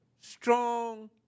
strong